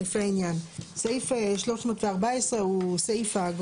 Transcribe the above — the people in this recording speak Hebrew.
ונעבור לסעיף 40. (40) בסעיף 314 - בסעיף קטן (א),